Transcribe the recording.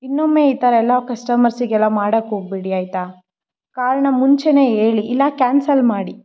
ಇನ್ನೊಮ್ಮೆ ಈ ಥರ ಎಲ್ಲ ಕಸ್ಟಮರ್ಸಿಗೆಲ್ಲ ಮಾಡಕ್ಕೆ ಹೋಗ್ಬೇಡಿ ಆಯಿತಾ ಕಾರಣ ಮುಂಚೆಯೇ ಹೇಳಿ ಇಲ್ಲ ಕ್ಯಾನ್ಸಲ್ ಮಾಡಿ